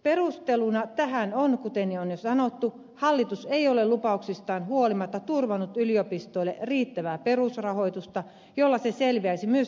perusteluna tähän on se kuten on jo sanottu että hallitus ei ole lupauksistaan huolimatta turvannut yliopistoille riittävää perusrahoitusta jolla ne selviäisivät myös työnantajavelvoitteistaan